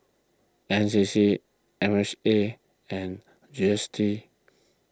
N C C M H A and G S T